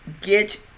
Get